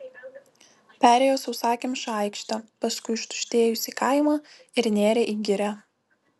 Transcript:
perėjo sausakimšą aikštę paskui ištuštėjusį kaimą ir nėrė į girią